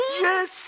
Yes